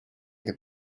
the